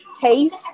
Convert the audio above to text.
taste